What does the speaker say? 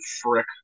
frick